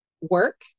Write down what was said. work